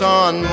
on